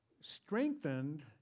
strengthened